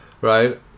right